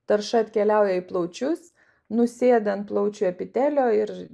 tarša atkeliauja į plaučius nusėda ant plaučių epitelio ir